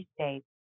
states